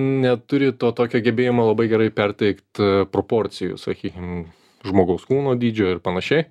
neturi to tokio gebėjimo labai gerai perteikt proporcijų sakykim žmogaus kūno dydžio ir panašiai